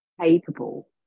capable